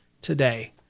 today